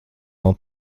vēl